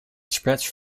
spreads